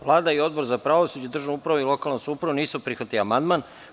Vlada i Odbor za pravosuđe, državnu upravu i lokalnu samoupravu nisu prihvatili ovaj amandman.